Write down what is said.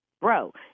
bro